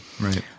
Right